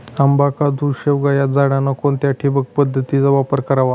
आंबा, काजू, शेवगा या झाडांना कोणत्या ठिबक पद्धतीचा वापर करावा?